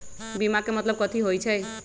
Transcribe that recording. बीमा के मतलब कथी होई छई?